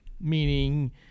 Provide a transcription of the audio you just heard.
meaning